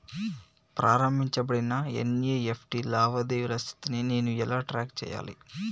ప్రారంభించబడిన ఎన్.ఇ.ఎఫ్.టి లావాదేవీల స్థితిని నేను ఎలా ట్రాక్ చేయాలి?